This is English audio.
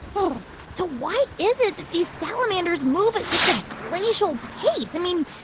but so why is it that these salamanders move at such a glacial pace? i mean,